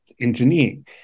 engineering